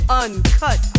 uncut